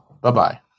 Bye-bye